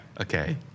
Okay